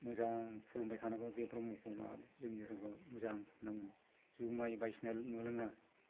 मोजां खुलुमबाय थानांगौ बे ब्रह्म जोंनि धोरोमखौ मोजां खालामनांगौ जुमाय बायदिसिना मोनलोङा